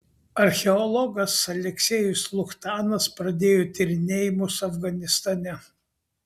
archeologas aleksiejus luchtanas pradėjo tyrinėjimus afganistane